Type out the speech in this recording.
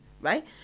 right